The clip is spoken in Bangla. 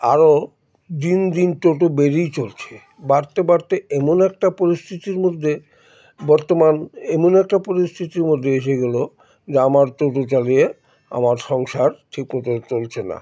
আরও দিন দিন টোটো বেড়েই চলছে বাড়তে বাড়তে এমন একটা পরিস্থিতির মধ্যে বর্তমান এমন একটা পরিস্থিতির মধ্যে এসে গেলো যে আমার টোটো চালিয়ে আমার সংসার ঠিকমতো চলছে না